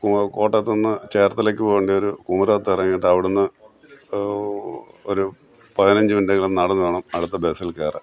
കോട്ടയത്തു നിന്ന് ചേർത്തലയ്ക്കു പോകേണ്ടവർ ഒരു കുമരകത്ത് ഇറങ്ങിയിട്ട് അവിടെ നിന്ന് ഒരു പതിനഞ്ചു മിനിറ്റെങ്കിലും നടന്നു വേണം അടുത്ത ബസ്സിൽ കയറാൻ